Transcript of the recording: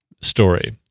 story